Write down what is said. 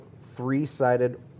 three-sided